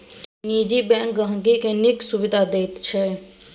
निजी बैंक गांहिकी केँ नीक सुबिधा दैत छै